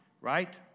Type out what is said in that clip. right